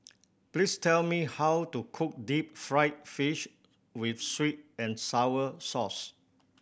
please tell me how to cook deep fried fish with sweet and sour sauce